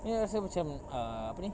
ya so macam uh apa ni